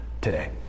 today